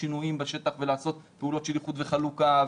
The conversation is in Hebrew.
שינויים בשטח ולעשות פעולות של איחוד וחלוקה,